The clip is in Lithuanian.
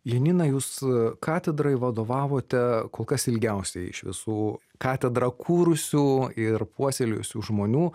janina jūs katedrai vadovavote kol kas ilgiausiai iš visų katedrą kūrusių ir puoselėjusių žmonių